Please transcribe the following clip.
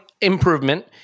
improvement